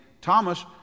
Thomas